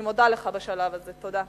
אני מודה לך בשלב הזה, תודה.